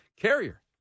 carrier